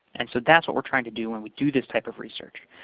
and so that's what we're trying to do when we do this type of research.